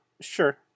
Sure